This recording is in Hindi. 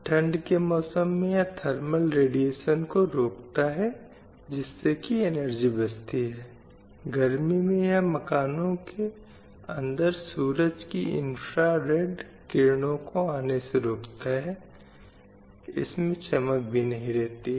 अब मजदूरी के संबंध में जो पुरुषों और महिलाओं को दी जाती हैं हम सभी जानते हैं कि एक समान पारिश्रमिक अधिनियम है जो पुरुषों और महिलाओं दोनों के लिए समान पारिश्रमिक की बात करता है